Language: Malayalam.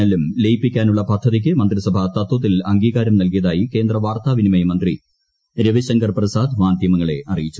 എൽ ഉം ലയിപ്പിക്കാനുള്ള പദ്ധതിക്ക് മന്ത്രിസഭ തത്തിൽ അംഗീകാരം നൽകിയതായി കേന്ദ്ര് വാർത്താവിനിമയ മന്ത്രി രവിശങ്കർ പ്ര്യ്സാദ് മാധ്യമങ്ങളെ അറിയിച്ചു